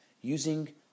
using